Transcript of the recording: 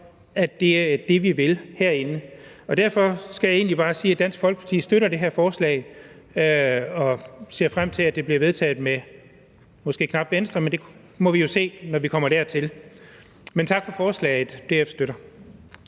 at det er det, som vi vil herinde. Derfor skal jeg egentlig bare sige, at Dansk Folkeparti støtter det her forslag og ser frem til, at det bliver vedtaget, måske knap med Venstre, men det må vi jo se, når vi kommer dertil. Men tak for forslaget. DF støtter